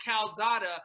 calzada